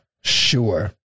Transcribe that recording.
Sure